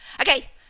Okay